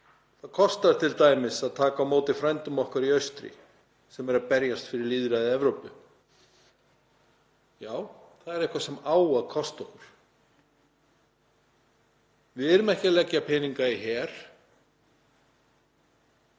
og kostar t.d. að taka á móti frændum okkar í austri sem eru að berjast fyrir lýðræði Evrópu. Já, það er eitthvað sem á að kosta okkur. Við erum ekki að leggja peninga í her.